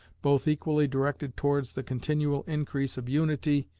both equally directed towards the continual increase of unity,